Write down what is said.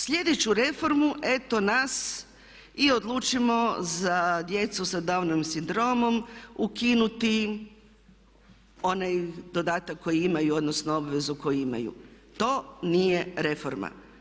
Sljedeću reformu eto nas i odlučimo za djecu sa Downovim sindromom ukinuti onaj dodatak koji imaju, odnosno obvezu koju imaju. to nije reforma.